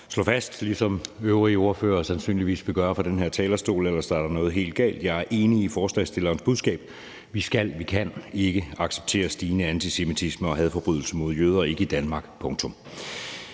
slå fast, ligesom øvrige ordførere sandsynligvis vil gøre fra den her talerstol – ellers er der noget helt galt – at jeg er enig i forslagsstillernes budskab. Vi skal og kan ikke acceptere den stigende antisemitisme og hadforbrydelser mod jøder – ikke i Danmark,